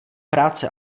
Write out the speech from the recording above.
práce